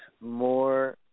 more